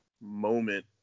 moment